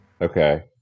Okay